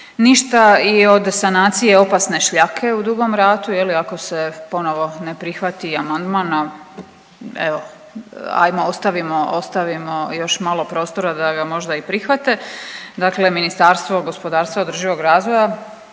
ništa i od sanacije opasne šljake u Dugom Ratu je li ako se ponovo ne prihvati amandman, a evo ajmo ostavimo, ostavimo još malo prostora da ga možda i prihvate, dakle Ministarstvo gospodarstva i održivog razvoja